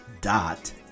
dot